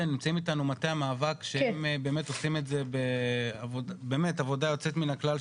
נמצאים איתנו מטה המאבק שהם באמת עושים עבודה יוצא מן הכלל,